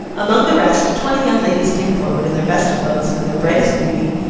among the rest, twenty young ladies came forward, in their best clothes, and in their brightest beauty,